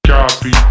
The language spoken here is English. Copy